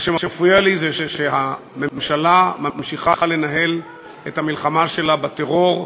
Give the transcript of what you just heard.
מה שמפריע לי זה שהממשלה ממשיכה לנהל את המלחמה שלה בטרור,